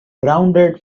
rounded